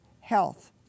health